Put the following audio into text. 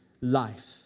life